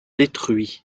détruits